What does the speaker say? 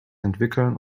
entwickeln